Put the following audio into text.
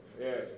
Yes